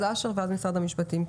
אשר ואחר כך משרד המשפטים.